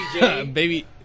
Baby